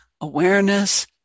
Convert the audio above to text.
awareness